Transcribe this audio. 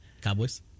Cowboys